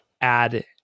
add